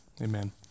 Amen